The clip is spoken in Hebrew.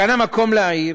כאן המקום להעיר